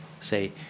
say